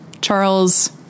Charles